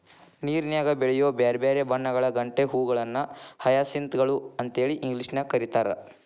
ನೇರನ್ಯಾಗ ಬೆಳಿಯೋ ಬ್ಯಾರ್ಬ್ಯಾರೇ ಬಣ್ಣಗಳ ಗಂಟೆ ಹೂಗಳನ್ನ ಹಯಸಿಂತ್ ಗಳು ಅಂತೇಳಿ ಇಂಗ್ಲೇಷನ್ಯಾಗ್ ಕರೇತಾರ